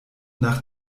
nach